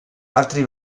altri